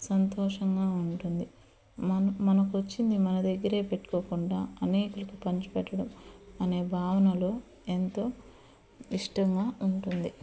సంతోషంగా ఉంటుంది మన మనకు వచ్చింది మన దగ్గర పెట్టుకోకుండా అనేకులకు పంచిపెట్టటం అనే భావనలో ఎంతో ఇష్టంగా ఉంటుంది